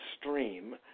stream